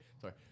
sorry